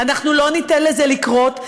אנחנו לא ניתן לזה לקרות,